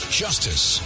justice